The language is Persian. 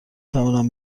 توانم